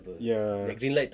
ya